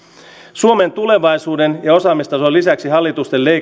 suomen tulevaisuuden ja osaamistason lisäksi